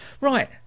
right